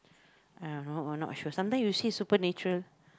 uh not or not sure sometimes you see supernatural